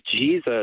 Jesus